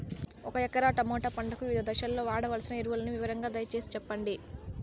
ఒక ఎకరా టమోటా పంటకు వివిధ దశల్లో వాడవలసిన ఎరువులని వివరంగా దయ సేసి చెప్పండి?